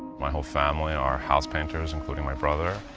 my whole family are house painters, including my brother.